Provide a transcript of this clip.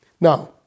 Now